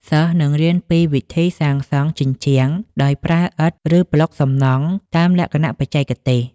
សិស្សនឹងរៀនពីវិធីសាងសង់ជញ្ជាំងដោយប្រើឥដ្ឋឬប្លុកសំណង់តាមលក្ខណៈបច្ចេកទេស។